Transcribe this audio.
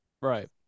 Right